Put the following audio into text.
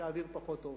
שהאוויר פחות טוב.